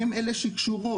אבל הן אלה שקשורות,